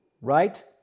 right